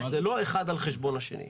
זה לא אחד על חשבון השני.